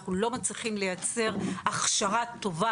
אנחנו לא מצליחים לייצר הכשרה טובה,